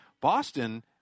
Boston